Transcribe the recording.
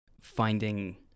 finding